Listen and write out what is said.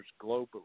globally